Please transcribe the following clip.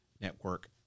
network